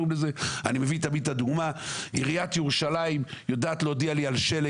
אני מביא תמיד את הדוגמה של עיריית ירושלים שיודעת להודיע לי על שלג